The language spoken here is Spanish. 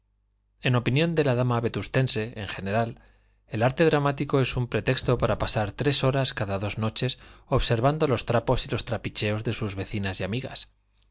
en opinión de la dama vetustense en general el arte dramático es un pretexto para pasar tres horas cada dos noches observando los trapos y los trapicheos de sus vecinas y amigas